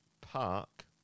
Park